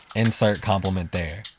insert compliment there.